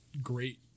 great